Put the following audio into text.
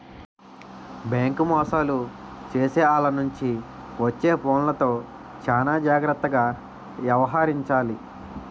bank మోసాలు చేసే ఆల్ల నుంచి వచ్చే ఫోన్లతో చానా జాగర్తగా యవహరించాలి